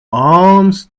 alms